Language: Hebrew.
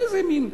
איזה מין,